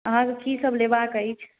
अहाँकेॅं कीसभ लेबाक अछि